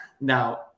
Now